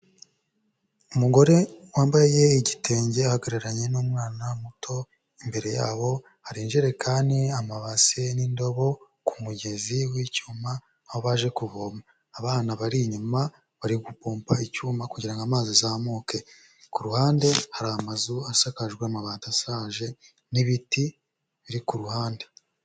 Umugore wambaye igitenge ahagararanye n'umwana muto, imbere yabo hari injirekani amabase n'indobo ku mugezi w'icyuma, aho abaje kuvoma, abana bari inyuma bari gumpa icyuma kugira ngo amazi azamuke, ku ruhande hari amazu asakajwe amabati ashaje n'ibiti biri ku ruhande.